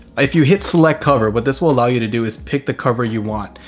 if you hit select cover, what this will allow you to do is pick the cover you want.